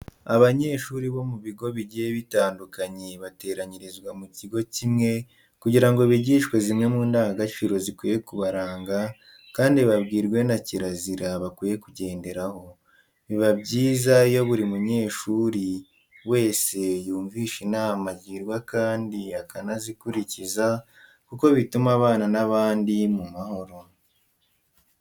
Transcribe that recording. Abanyeshuri bo ku bigo bigiye bitandukanye bateranyirizwa mu kigo kimwe kugira ngo bigishwe zimwe mu ndangagaciro zikwiye kubaranga kandi bababwire na kirazira bakwiye kugenderaho. Biba byiza iyo buri munyeshuri wese yumvise inama agirwa kandi akanazikurikiza kuko bitima abana n'abandi mu mahoro.